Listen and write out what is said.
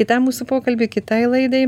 į tą mūsų pokalbį kitai laidai